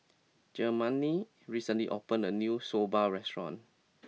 Germaine recently opened a new Soba restaurant